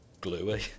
gluey